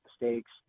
mistakes